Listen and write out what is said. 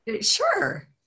Sure